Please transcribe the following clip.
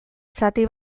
zati